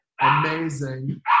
amazing